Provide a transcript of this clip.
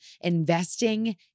investing